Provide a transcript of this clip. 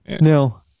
no